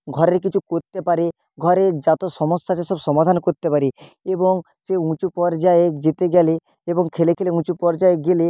ঘরের কিছু করতে পারে ঘরের যতো সমস্যা আছে সব সমাধান করতে পারে এবং সে উঁচু পর্যায়ে যেতে গেলে এবং খেলে খেলে উঁচু পর্যায়ে গেলে